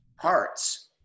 parts